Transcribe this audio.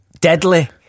deadly